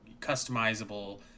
customizable